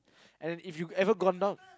and if you ever gone up